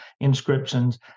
inscriptions